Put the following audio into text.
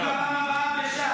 אני בפעם הבאה בש"ס.